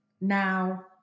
Now